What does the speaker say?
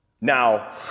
Now